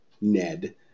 Ned